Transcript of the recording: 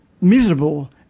miserable